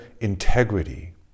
integrity